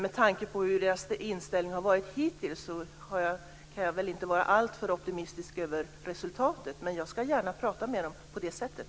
Med tanke på hur deras inställning har varit hittills kan jag inte vara alltför optimistisk över resultatet, men jag ska gärna prata med dem på det sättet.